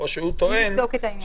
צריך לבדוק את זה.